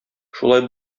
шулай